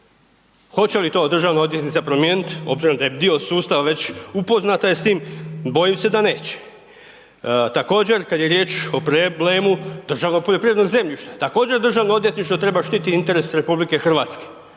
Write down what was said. Hoće li to državna odvjetnica promijeniti, obzirom da je dio sustava već upoznata je s tim? Bojim se da neće. Također kada je riječ o problemu državnog poljoprivrednog zemljišta, također državno odvjetništvo treba štititi interese RH. Pa vas